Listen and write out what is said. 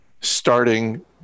starting